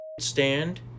stand